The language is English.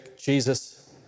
Jesus